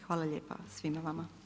Hvala lijepa svima vama.